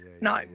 No